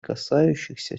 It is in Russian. касающихся